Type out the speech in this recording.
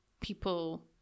people